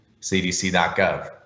cdc.gov